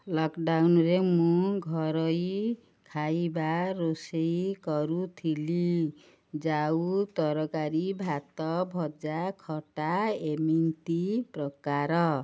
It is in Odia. ଲକ୍ଡ଼ାଉନ୍ରେ ମୁଁ ଘରୋଇ ଖାଇବା ରୋଷେଇ କରୁଥିଲି ଯାଉ ତରକାରୀ ଭାତ ଭଜା ଖଟା ଏମିତି ପ୍ରକାର